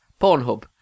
Pornhub